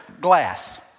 glass